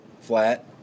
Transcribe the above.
flat